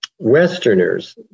westerners